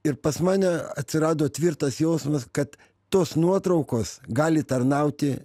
ir pas mane atsirado tvirtas jausmas kad tos nuotraukos gali tarnauti